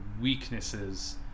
weaknesses